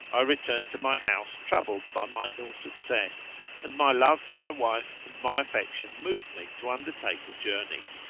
i returned to my house troubled by my ill-success and my love for my wife and my affection moved me to undertake the journey.